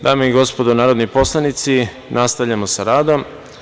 Dame i gospodo narodni poslanici, nastavljamo sa radom.